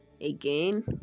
Again